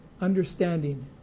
understanding